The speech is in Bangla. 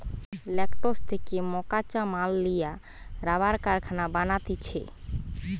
ল্যাটেক্স থেকে মকাঁচা মাল লিয়া রাবার কারখানায় বানাতিছে